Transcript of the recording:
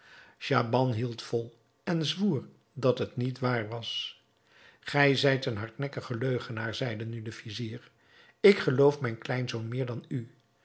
schaban hield vol en zwoer dat het niet waar was gij zijt een hardnekkige leugenaar zeide nu de vizier ik geloof mijn kleinzoon meer dan u